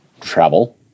travel